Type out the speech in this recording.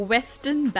Western